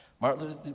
Martin